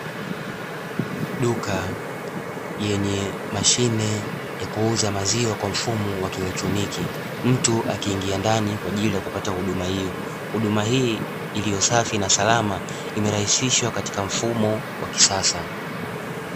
Duka yenye mashine ya kuuza maziwa kwa mfumo wa kielektroniki, mtu akiingia ndani kwa ajili ya kupata huduma hiyo. Huduma iliyo safi na salama, imerahisishwa katika mfumo wa kisasa.